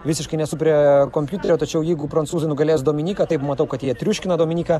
visiškai nesu prie kompiuterio tačiau jeigu prancūzai nugalės dominiką taip matau kad jie triuškina dominiką